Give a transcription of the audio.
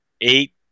eight